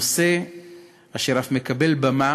נושא אשר אף מקבל במה